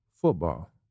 football